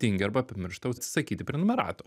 tingi arba pamiršta atsisakyti prenumeratų